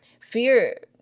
Fear